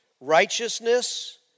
righteousness